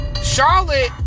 Charlotte